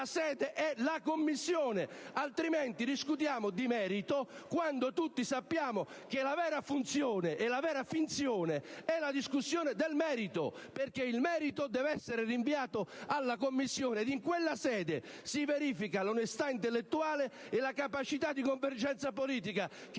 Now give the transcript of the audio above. sede è la Commissione; altrimenti discutiamo di merito, quando tutti sappiamo che la vera funzione e la vera finzione è la discussione del merito, che deve essere rinviato alla Commissione e in quella sede si verifica l'onestà intellettuale e la capacità di convergenza politica, che